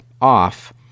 off